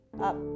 up